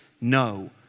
No